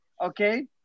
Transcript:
okay